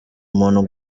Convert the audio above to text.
umuntu